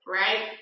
right